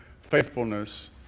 faithfulness